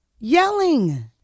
Yelling